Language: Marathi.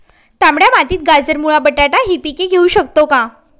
तांबड्या मातीत गाजर, मुळा, बटाटा हि पिके घेऊ शकतो का?